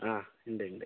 അ ഉണ്ട് ഉണ്ട്